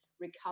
recover